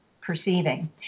perceiving